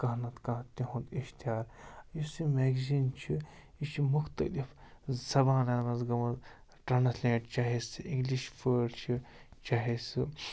کانٛہہ نَتہٕ کانٛہہ تِہُنٛد اِشتِہار یُس یہِ میگزیٖن چھُ یہِ چھِ مُختلِف زَبانَن منٛز گٔمٕژ ٹرٛانَسلیٹ چاہے سُہ اِنٛگلِش وٲڈ چھِ چاہے سُہ